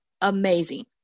amazing